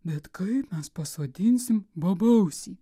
bet kaip mes pasodinsim bobausį